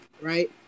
right